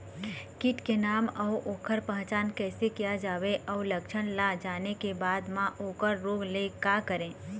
कीट के नाम अउ ओकर पहचान कैसे किया जावे अउ लक्षण ला जाने के बाद मा ओकर रोके ले का करें?